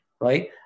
right